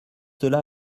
cela